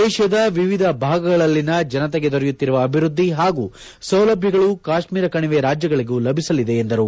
ದೇಶದ ವಿವಿಧ ಭಾಗಗಳಲ್ಲಿನ ಜನತೆಗೆ ದೊರೆಯುತ್ತಿರುವ ಅಭಿವೃದ್ದಿ ಹಾಗೂ ಸೌಲಭ್ಯಗಳು ಕಾಶ್ಮೀರ ಕಣಿವೆ ರಾಜ್ಯಗಳಿಗೂ ಲಭಿಸಲಿದೆ ಎಂದರು